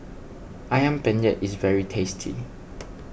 Ayam Penyet is very tasty